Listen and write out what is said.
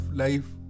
life